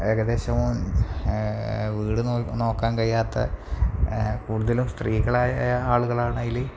ഏകദേശം വീട് നോക്കാൻ കഴിയാത്ത കൂടുതലും സ്ത്രീകളായ ആളുകളാണതില്